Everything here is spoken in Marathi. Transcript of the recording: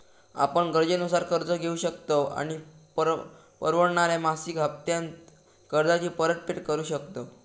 आपण गरजेनुसार कर्ज घेउ शकतव आणि परवडणाऱ्या मासिक हप्त्त्यांत कर्जाची परतफेड करु शकतव